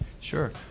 Sure